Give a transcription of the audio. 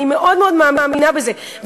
אני מאוד מאוד מאמינה בזה.